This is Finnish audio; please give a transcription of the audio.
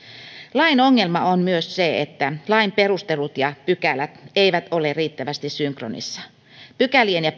lain ongelma on myös se että lain perustelut ja pykälät eivät ole riittävästi synkronissa pykälien ja